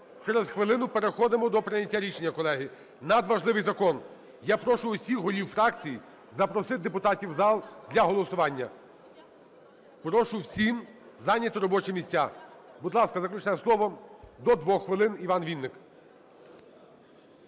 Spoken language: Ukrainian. Через хвилину переходимо до прийняття рішення, колеги. Надважливий закон. Я прошу усіх голів фракцій запросити депутатів у зал для голосування. Прошу всіх зайняти робочі місця. Будь ласка, заключне слово до 2 хвилин, Іван Вінник.